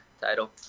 title